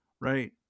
Right